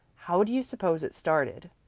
how do you suppose it started?